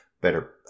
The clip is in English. better